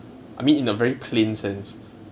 I mean in a very plain sense